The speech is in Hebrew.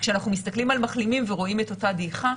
וכשאנחנו מסתכלים על מחלימים ורואים את אותה דעיכה,